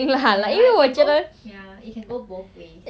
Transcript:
ya like can go ya it can go both ways